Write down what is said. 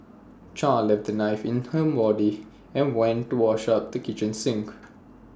char left the knife in her body and went to wash up at the kitchen sink